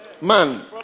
man